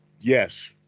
Yes